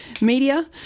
media